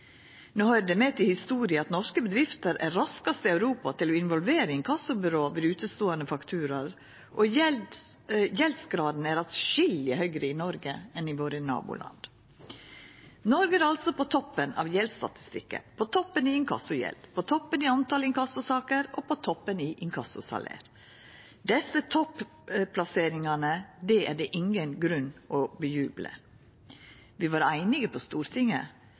Det høyrer med til historia at norske bedrifter er raskast i Europa til å involvera inkassobyrå ved uteståande fakturaer, og at gjeldsgraden er atskilleg høgare i Noreg enn i våre naboland. Noreg er altså på toppen av gjeldsstatistikken, på toppen i inkassogjeld, på toppen i talet på inkassosaker og på toppen i inkassosalær. Desse topplaseringane er det ingen grunn til å jubla for. Vi var einige på Stortinget: